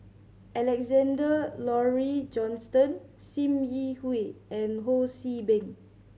Alexander Laurie Johnston Sim Yi Hui and Ho See Beng